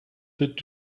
did